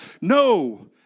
No